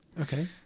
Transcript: Okay